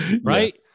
Right